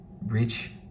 reach